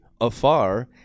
afar